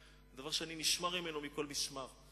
דבר שאני נשמר ממנו מכל משמר,